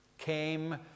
came